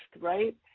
Right